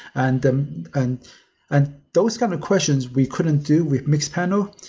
and um and and those kind of questions we couldn't do with mixed panel,